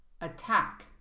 attack